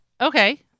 Okay